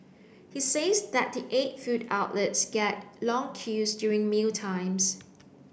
he says that the eight food outlets get long queues during mealtimes